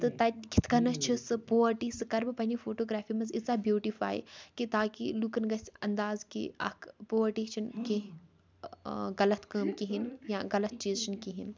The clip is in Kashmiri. تہٕ تَتہِ کِتھ کٔنَتھ چھِ سُہ پُوَرٹی سُہ کَرٕ بہٕ پنٛنہِ فوٹوگرٛافی منٛز ایٖژاہ بیوٗٹِفاے کہِ تاکہِ لُکَن گژھِ اَنداز کہِ اَکھ پُوَرٹی چھِنہٕ کیٚنٛہہ غلط کٲم کِہیٖنۍ یا غلط چیٖز چھِنہٕ کِہیٖنۍ